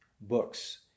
Books